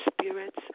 spirits